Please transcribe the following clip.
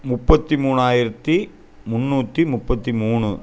முப்பத்து மூணாயிரத்து முன்னூற்றி முப்பத்து மூணு